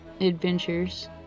adventures